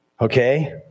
Okay